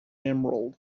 emerald